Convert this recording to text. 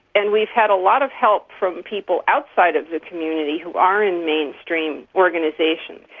and we've had a lot of help from people outside of the community who are in mainstream organisations.